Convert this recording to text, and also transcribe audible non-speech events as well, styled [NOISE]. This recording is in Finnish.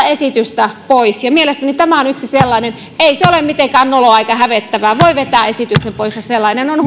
[UNINTELLIGIBLE] esitystä pois ja mielestäni tämä on yksi sellainen ei se ole mitenkään noloa eikä hävettävää voi vetää esityksen pois jos se on [UNINTELLIGIBLE]